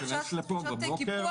אם יש לך תחושת קיפוח,